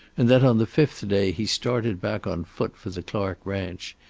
and that on the fifth day he started back on foot for the clark ranch,